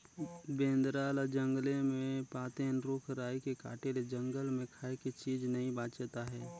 बेंदरा ल जंगले मे पातेन, रूख राई के काटे ले जंगल मे खाए के चीज नइ बाचत आहे